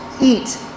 eat